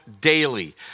daily